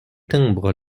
timbre